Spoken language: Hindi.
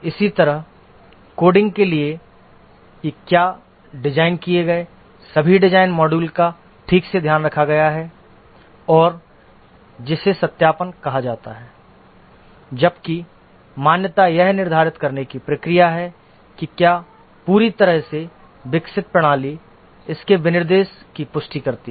इसी तरह कोडिंग के लिए कि क्या डिज़ाइन किए गए सभी डिज़ाइन मॉड्यूल का ठीक से ध्यान रखा गया है और जिसे सत्यापन कहा जाता है जबकि मान्यता यह निर्धारित करने की प्रक्रिया है कि क्या पूरी तरह से विकसित प्रणाली इसके विनिर्देश की पुष्टि करती है